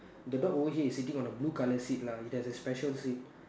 the dog over here is sitting on a blue colour seat lah it has a special seat